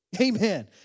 Amen